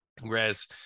Whereas